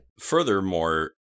Furthermore